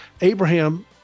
Abraham